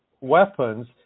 weapons